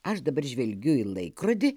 aš dabar žvelgiu į laikrodį